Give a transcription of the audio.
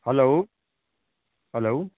hello hello